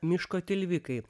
miško tilvikai